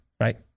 right